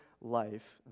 life